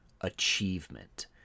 achievement